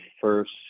first